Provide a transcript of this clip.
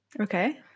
Okay